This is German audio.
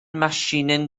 maschinen